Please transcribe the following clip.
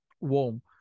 warm